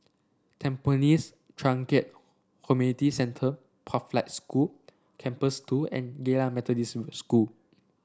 Tampines Changkat Community Centre Pathlight School Campus Two and Geylang Methodist School